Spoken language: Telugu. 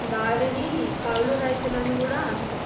వారిని కౌలు రైతులు అని కూడా అంటాం